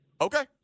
Okay